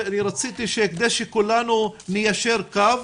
רציתי כדי שכולנו ניישר קו,